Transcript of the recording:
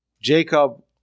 Jacob